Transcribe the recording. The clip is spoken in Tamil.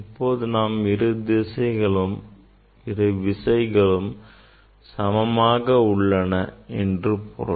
இப்போதுதான் இரு விசைகளும் சமமாக உள்ளன என்று பொருள்